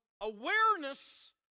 awareness